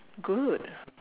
good